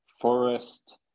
forest